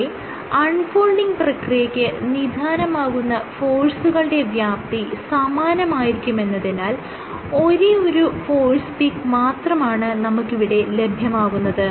ഇവിടെ unfolding പ്രക്രിയയ്ക്ക് നിധാനമാകുന്ന ഫോഴ്സുകളുടെ വ്യാപ്തി സമാനമായിരിക്കുമെന്നതിനാൽ ഒരേയൊരു ഫോഴ്സ് പീക്ക് മാത്രമാണ് നമുക്കിവിടെ ലഭ്യമാകുന്നത്